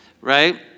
right